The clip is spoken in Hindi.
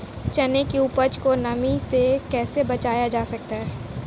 चने की उपज को नमी से कैसे बचाया जा सकता है?